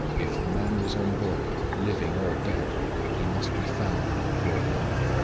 if the man was on board living or dead he must be found and brought back.